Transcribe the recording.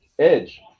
Edge